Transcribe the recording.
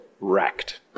wrecked